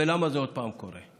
ולמה זה עוד פעם קורה?